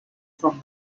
from